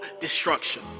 destruction